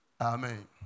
Amen